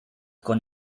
con